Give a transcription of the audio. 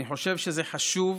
אני חושב שזה חשוב.